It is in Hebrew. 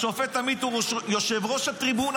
השופט עמית הוא יושב-ראש הטריבונה,